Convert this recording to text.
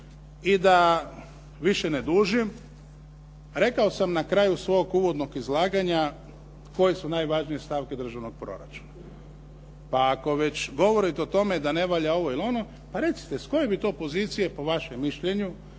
I da više ne dužim, rekao sam na kraju svog uvodnog izlaganja koje su najvažnije stavke državnog proračuna. Pa ako već govorite o tome da ne valja ovo ili ono, pa recite s koje bi to pozicije po vašem mišljenju